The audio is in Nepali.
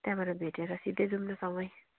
त्यहाँबाट भेटेर सिधै जाऔँ न सँगै